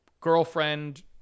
girlfriend